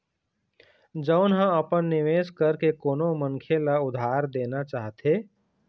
जउन ह अपन निवेश करके कोनो मनखे ल उधार देना चाहथे